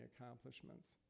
accomplishments